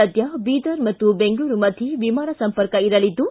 ಸದ್ಯ ಬೀದರ್ ಮತ್ತು ಬೆಂಗಳೂರು ಮಧ್ಯೆ ವಿಮಾನ ಸಂಪರ್ಕ ಇರಲಿದ್ದು